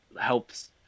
helps